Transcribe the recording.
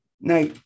Now